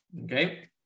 okay